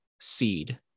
seed